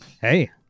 Hey